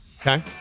Okay